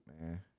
man